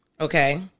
Okay